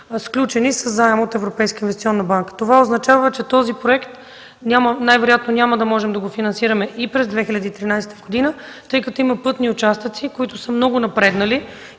сключени със заем от Европейската инвестиционна банка. Това означава, че този проект най-вероятно няма да можем да го финансираме и през 2013 г., тъй като има пътни участъци, които са много напреднали